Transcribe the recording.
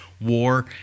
War